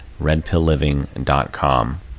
redpillliving.com